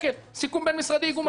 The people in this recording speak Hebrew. סיכום בין-משרדי, איגום משאבים.